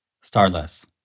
Starless